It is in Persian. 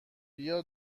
بیا